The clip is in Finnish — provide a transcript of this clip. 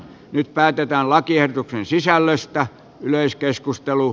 nyt päätetään lakiehdotuksen sisällöstä yleiskeskustelu